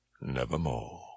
nevermore